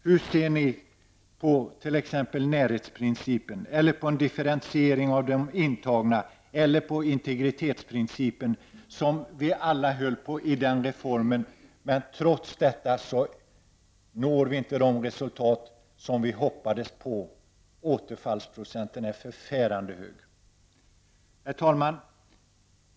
Hur ser ni t.ex. på närhetsprincipen, på en differentiering av de intagna eller på integritetsprincipen som vi alla höll på i den reformen? Trots detta når vi inte de resultat som vi hoppades på. Återfallsprocenten är förfärande hög. Herr talman!